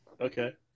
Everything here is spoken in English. Okay